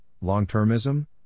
long-termism